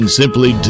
simply